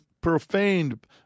profaned